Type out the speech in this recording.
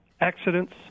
accidents